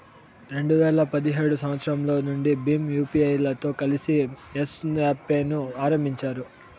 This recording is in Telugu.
రెండు వేల పదిహేడు సంవచ్చరం నుండి భీమ్ యూపీఐతో కలిసి యెస్ పే ను ఆరంభించారు